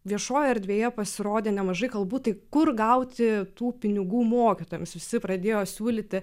viešojoj erdvėje pasirodė nemažai kalbų tik kur gauti tų pinigų mokytojams visi pradėjo siūlyti